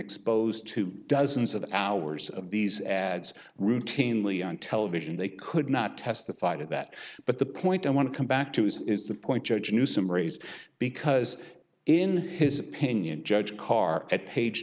exposed to dozens of hours of these ads routinely on television they could not testify to that but the point i want to come back to is is the point judge a new summaries because in his opinion judge car at page